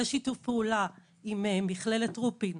יש שיתוף פעולה עם מכללת רופין,